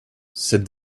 said